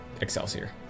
Excelsior